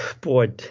Boy